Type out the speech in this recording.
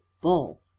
bull